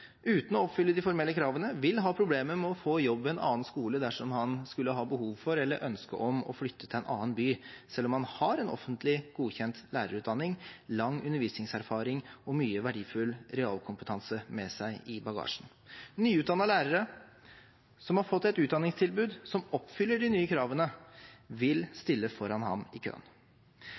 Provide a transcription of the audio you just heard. uten å oppfylle de formelle kravene, vil ha problemer med å få jobb ved en annen skole dersom han skulle ha behov for eller ønske om å flytte til en annen by, selv om han har en offentlig godkjent lærerutdanning, lang undervisningserfaring og mye verdifull realkompetanse med seg i bagasjen. Nyutdannede lærere, som har fått et utdanningstilbud som oppfyller de nye kravene, vil stille foran ham i køen.